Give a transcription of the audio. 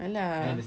!alah!